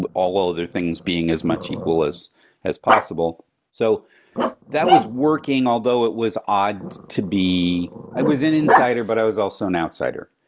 all all other things being as much equal as as possible so that was working, although it was odd to be i was an insider, but i was also an outsider,